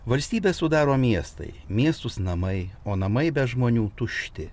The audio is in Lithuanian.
valstybę sudaro miestai miestus namai o namai be žmonių tušti